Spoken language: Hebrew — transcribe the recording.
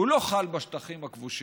לא חל בשטחים הכבושים.